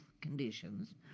conditions